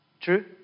True